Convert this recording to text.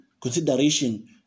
consideration